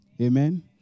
Amen